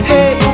Hey